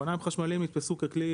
אופניים חשמליים נתפסו ככלי,